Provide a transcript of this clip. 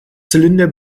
zylinder